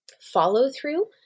follow-through